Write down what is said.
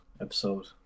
episode